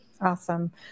Awesome